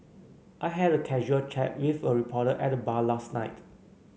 I had a casual chat with a reporter at the bar last night